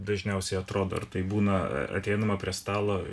dažniausiai atrodo ar tai būna ateinama prie stalo